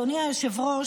אדוני היושב-ראש,